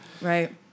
Right